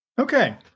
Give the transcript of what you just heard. Okay